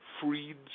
freed